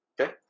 Okay